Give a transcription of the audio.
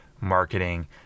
marketing